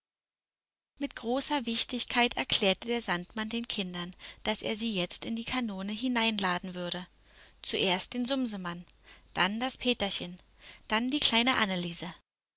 mit großer wichtigkeit erklärte der sandmann den kindern daß er sie jetzt in die kanone hineinladen würde zuerst den sumsemann dann das peterchen dann die kleine anneliese